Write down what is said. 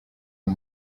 uyu